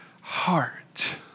heart